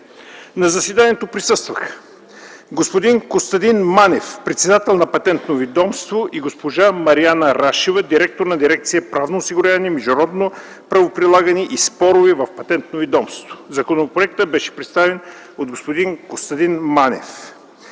На заседанието присъстваха господин Костадин Манев – председател на Патентно ведомство и госпожа Мариана Рашева – директор на дирекция „Правно осигуряване, международно правоприлагане и спорове” в Патентното ведомство. Законопроектът беше представен от господин Костадин Манев.